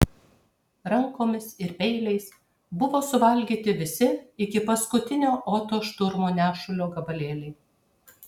rankomis ir peiliais buvo suvalgyti visi iki paskutinio oto šturmo nešulio gabalėliai